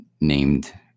named